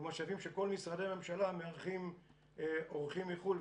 ומשאבים של כל משרדי הממשלה המארחים אורחים מחו"ל,